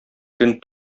көн